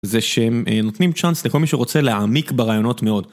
זה שהם נותנים צ'אנס לכל מי שרוצה להעמיק ברעיונות מאוד.